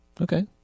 Okay